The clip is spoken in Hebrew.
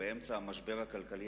באמצע המשבר הכלכלי